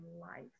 life